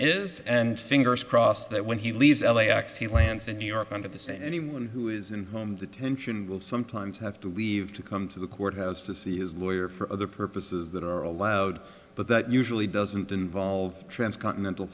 is and fingers crossed that when he leaves l a x he lands in new york under the same anyone who is in home detention will sometimes have to leave to come to the court has to see his lawyer for other purposes that are allowed but that usually doesn't involve transcontinental